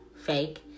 fake